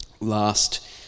last